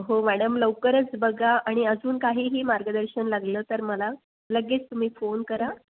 हो मॅडम लवकरच बघा आणि अजून काहीही मार्गदर्शन लागलं तर मला लगेच तुम्ही फोन करा